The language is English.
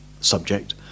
subject